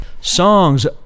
songs